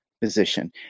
position